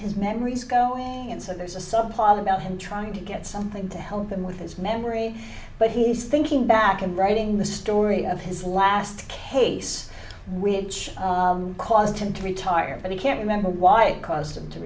his memories go and so there's a subplot about him trying to get something to help him with his memory but he's thinking back and writing the story of his last case we caused him to retire but he can't remember why it caused him to